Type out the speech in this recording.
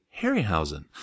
Harryhausen